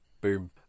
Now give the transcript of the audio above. Boom